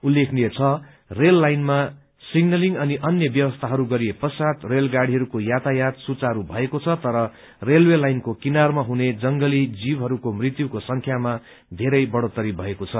उल्लेखनीय छ रेल लाइनमा सिंगनलींग अनि अन्य व्यवस्थाहरू गरिए पश्चात रेलगाड़ीहरूको यातायात सुचारू भएको छ तर रेलवे लाइनको किनारमा हुने जंगली जीवहरूको मृत्युको संख्यामा धेरै बढ़ोत्तरी भएको छ